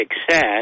success